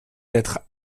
d’être